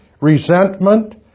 resentment